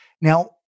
Now